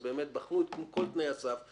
בחנו את כל תנאי הסף.